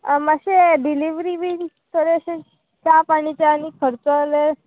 आं मात्शें डिलीवरी बी थोडें अशें च्या पाणीचें आनी खर्च जाल्यार